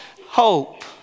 hope